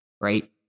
right